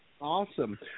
Awesome